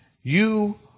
You